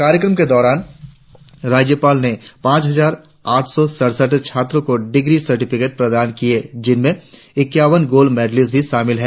कार्यक्रम के दौरान राज्यपाल ने पांच हजार आठ सौ सड़सठ छात्रों को डिग्री सर्टिफिकेट प्रदान किया जिनमें ईक्यावन गोल्ड मेडेलिस्ट भी शामिल है